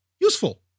useful